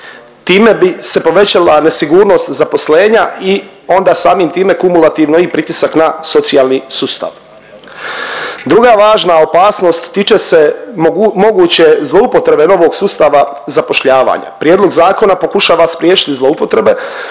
Time bi se povećala nesigurnost zaposlenja i onda samim time kumulativno i pritisak na socijalni sustav. Druga važna opasnost tiče se moguće zloupotrebe novog sustava zapošljavanja. Prijedlog zakona pokušava spriječiti zloupotrebe